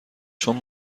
چون